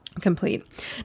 complete